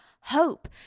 hope